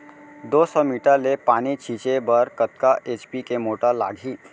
दो सौ मीटर ले पानी छिंचे बर कतका एच.पी के मोटर लागही?